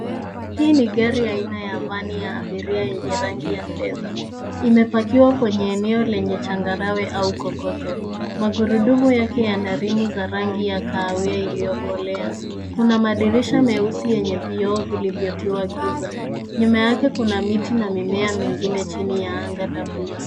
Hii ni gari ya aina ya van ya abiria ya rangi ya fedha. Imepakiwa kwenye eneo lenye changarawe au kokoto. Magurudumu yake yana rim za rangi ya kahawia iliyokolea. Kuna madirisha meusi yenye vioo vilivyotiwa giza. Nyuma yake kuna miti na mimea mingine chini ya anga la bluu.